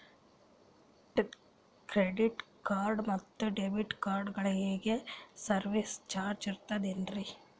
Credit card ಮತ್ತು debit ಕಾರ್ಡಗಳಿಗೆ service charge ಇರುತೇನ್ರಿ?